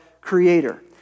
creator